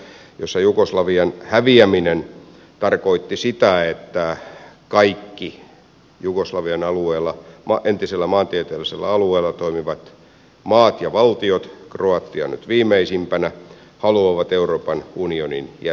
siinä jugoslavian häviäminen tarkoitti sitä että kaikki jugoslavian entisellä maantieteellisellä alueella toimivat maat ja valtiot kroatia nyt viimeisimpänä haluavat euroopan unionin jäseniksi